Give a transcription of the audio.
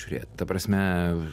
žiūrėt ta prasme